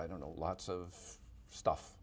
i don't know lots of stuff